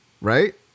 Right